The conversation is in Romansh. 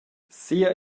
sia